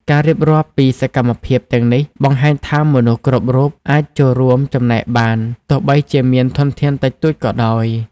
ការរៀបរាប់ពីសកម្មភាពទាំងនេះបង្ហាញថាមនុស្សគ្រប់រូបអាចចូលរួមចំណែកបាន ទោះបីជាមានធនធានតិចតួចក៏ដោយ។